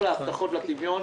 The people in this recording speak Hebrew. כל ההבטחות ירדו לטמיון.